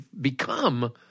become